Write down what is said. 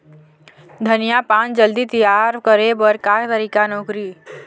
धनिया पान जल्दी तियार करे बर का तरीका नोकरी?